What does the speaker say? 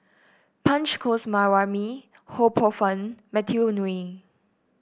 Punch Coomaraswamy Ho Poh Fun Matthew Ngui